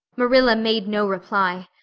marilla made no reply,